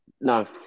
No